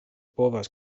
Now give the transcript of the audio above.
povas